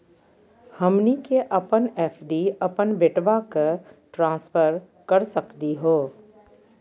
हमनी के अपन एफ.डी अपन बेटवा क ट्रांसफर कर सकली हो?